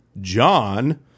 John